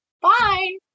Bye